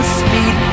speed